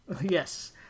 Yes